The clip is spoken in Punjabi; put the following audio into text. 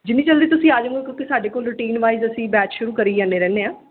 ਜਿੰਨੀ ਜਲਦੀ ਤੁਸੀਂ ਆ ਜਾਉਂਗੇ ਕਿਉਂਕਿ ਸਾਡੇ ਕੋਲ ਰੂਟੀਨ ਵਾਈਜ ਅਸੀਂ ਬੈਚ ਸ਼ੁਰੂ ਕਰੀ ਜਾਂਦੇ ਰਹਿੰਦੇ ਹਾਂ